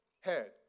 head